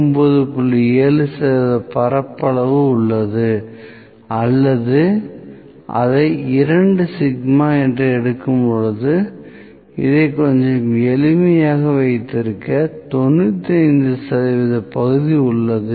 7 சதவீத பரப்பளவு உள்ளது அல்லது அதை 2 சிக்மா என்று எடுக்கும்போது இதை கொஞ்சம் எளிமையாக வைத்திருக்க 95 சதவீத பகுதி உள்ளது